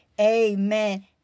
amen